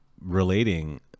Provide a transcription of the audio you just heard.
relating